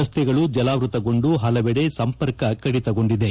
ರಸ್ತೆಗಳು ಜಲಾವೃತಗೊಂಡು ಹಲವೆಡೆ ಸಂಪರ್ಕ ಕಡಿತ ಗೊಂಡಿದೆ